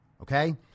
Okay